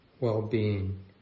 well-being